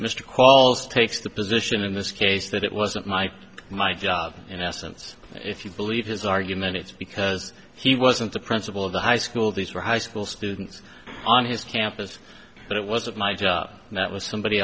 qualls takes the position in this case that it wasn't my my in essence if you believe his argument it's because he wasn't the principal of the high school these were high school students on his campus but it wasn't my job and that was somebody